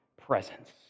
presence